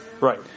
Right